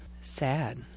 sad